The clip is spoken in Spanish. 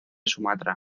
sumatra